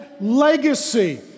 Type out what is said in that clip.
legacy